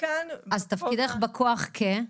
אז תפקידך בכוח הוא?